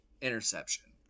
interception